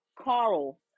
Carl